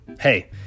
Hey